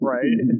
Right